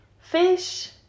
fish